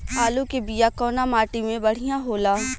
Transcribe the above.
आलू के बिया कवना माटी मे बढ़ियां होला?